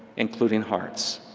including hearts.